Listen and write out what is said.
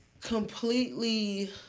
Completely